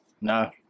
No